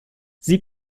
sie